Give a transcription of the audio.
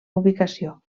ubicació